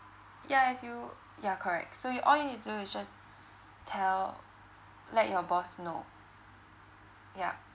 ya if you ya correct so you all you need to do is just tell let your boss know yup